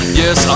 yes